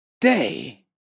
day